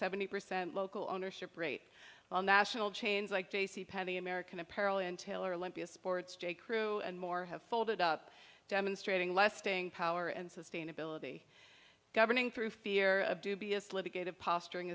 seventy percent local ownership rate on national chains like j c penney american apparel and taylor olympia sports j crew and more have folded up demonstrating less staying power and sustainability governing through fear of dubious litigated posturing